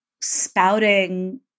spouting